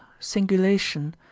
singulation